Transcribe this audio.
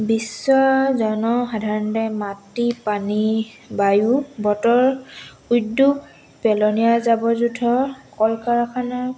বিশ্ব জন সাধাৰণতে মাটি পানী বায়ু বতৰ উদ্যোগ পেলনীয়া জাবৰ জোঁথৰ কল কাৰখানা